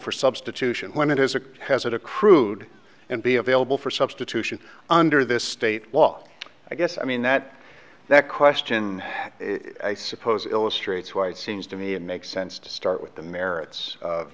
for substitution when it is a hazard of crude and be available for substitution under this state law i guess i mean that that question i suppose illustrates why it seems to me it makes sense to start with the merits of